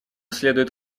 следует